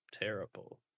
terrible